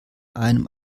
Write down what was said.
einem